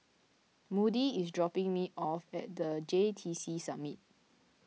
Moody is dropping me off at the J T C Summit